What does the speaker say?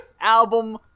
album